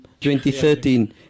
2013